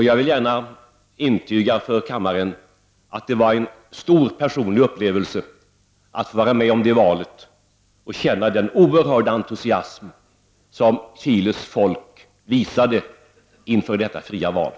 Jag vill gärna inför kammaren intyga att det var en stor personlig upplevelse att få vara med om det valet och känna den oerhörda entusiasm som Chiles folk visade inför detta fria val.